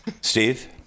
Steve